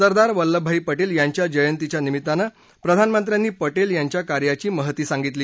सरदार वल्लभभाई पटेल यांच्या जयंतीच्या निमित्तानं प्रधानमंत्र्यांनी पटेल यांच्या कार्याची महती सांगितली